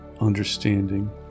understanding